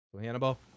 Hannibal